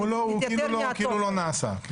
הוא כאילו לא נעשה.